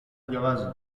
διαβάσει